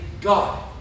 God